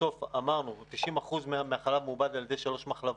אמרנו ש-90% מהחלב מעובד על-ידי שלוש מחלבות.